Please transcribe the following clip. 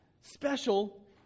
special